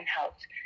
helped